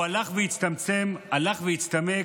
והוא הלך והצטמצם, הלך והצטמק.